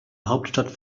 hauptstadt